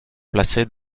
placées